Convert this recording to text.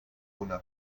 bună